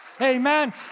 amen